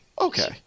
Okay